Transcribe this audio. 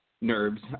nerves